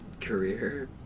career